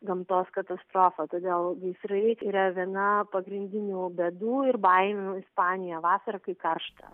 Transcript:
gamtos katastrofa todėl gaisrai yra viena pagrindinių bėdų ir baimių ispanijoj vasarą kai karšta